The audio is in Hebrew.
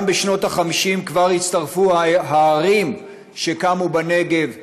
גם בשנות ה-50 כבר הצטרפו הערים שקמו בנגב: